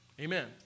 Amen